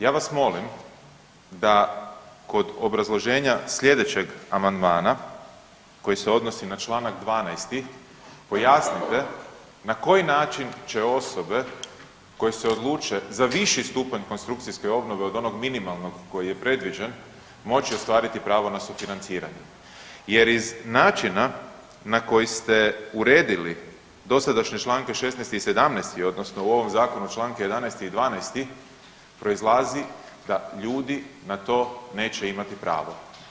Ja vas molim da kod obrazloženja slijedećeg amandmana koji se odnosi na Članak 12. pojasnite na koji način će osobe koje se odluče za viši stupanj konstrukcijske obnove od onog minimalnog koji je predviđen moći ostvariti pravo na sufinanciranje jer iz načina na koji ste uredili dosadanje Članka 16. i 17. odnosno u ovom zakonu Članka 11. i 12. proizlazi da ljudi na to neće imati pravo.